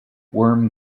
worm